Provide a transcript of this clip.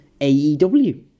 AEW